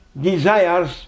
desires